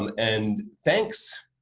um and thanks,